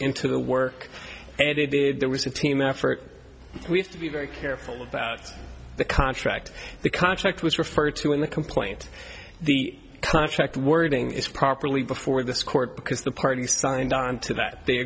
into the work and they did there was a team effort we have to be very careful about the contract the contract was referred to in the complaint the contract wording is properly before this court because the parties signed on to that they